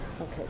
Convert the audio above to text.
Okay